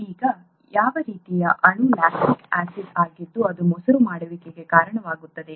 ಈಗ ಯಾವ ರೀತಿಯ ಅಣು ಲ್ಯಾಕ್ಟಿಕ್ ಆಸಿಡ್ ಆಗಿದ್ದು ಅದು ಮೊಸರು ಮಾಡುವಿಕೆಗೆ ಕಾರಣವಾಗುತ್ತದೆ